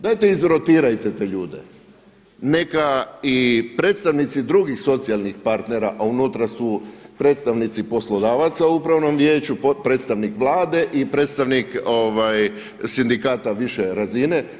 Dajte izrotirajte te ljude neka i predstavnici drugih socijalnih partnera, a unutra su predstavnici poslodavaca u Upravnom vijeću, podpredstavnik Vlade i predstavnik sindikata više razine.